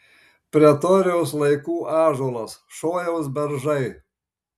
pretorijaus laikų ąžuolas šojaus beržai